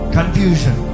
Confusion